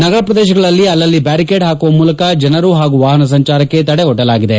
ನಗರ ಪ್ರದೇಶಗಳಲ್ಲಿ ಅಲ್ಲಲ್ಲಿ ಬ್ಯಾರಿಕ್ಕಾಡ್ ಹಾಕುವ ಮೂಲಕ ಜನರು ಹಾಗೂ ವಾಹನ ಸಂಚಾರಕ್ಕೆ ತಡೆವೊಡ್ಡಲಾಗಿದೆ